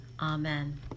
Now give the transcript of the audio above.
Amen